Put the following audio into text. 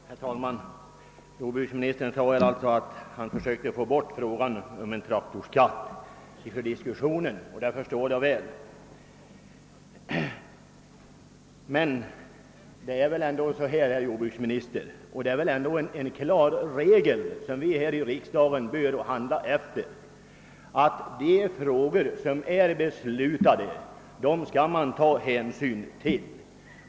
Herr talman! Jordbruksministern sade att han nu ville avföra frågan om traktorskatten ur diskussionen. Det förstår jag så väl. Men det är väl ändå, herr jordbruksminister, en klar regel som vi här i riksdagen handlar efter, att man skall ta hänsyn till de beslut som redan fattats.